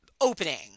opening